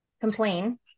complain